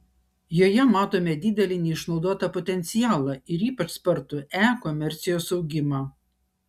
joje matome didelį neišnaudotą potencialą ir ypač spartų e komercijos augimą